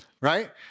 right